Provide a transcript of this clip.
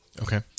Okay